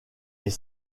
est